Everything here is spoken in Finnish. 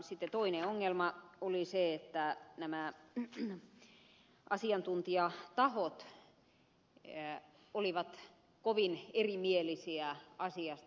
sitten toinen ongelma oli se että nämä asiantuntijatahot olivat kovin erimielisiä asiasta